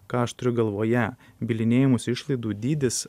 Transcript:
ką aš turiu galvoje bylinėjimosi išlaidų dydis